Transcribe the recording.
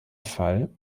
fall